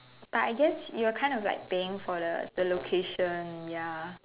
like I guess you are kind of like paying for the the location ya